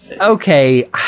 okay